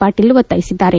ಪಾಟೀಲ್ ಒತ್ತಾಯಿಸಿದ್ದಾರೆ